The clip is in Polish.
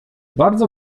bardzo